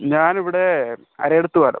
ഞാനിവിടെ അരയിടത്തുപാലം